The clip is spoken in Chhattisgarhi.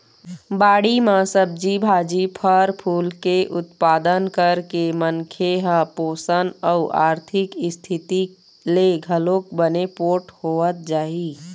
बाड़ी म सब्जी भाजी, फर फूल के उत्पादन करके मनखे ह पोसन अउ आरथिक इस्थिति ले घलोक बने पोठ होवत जाही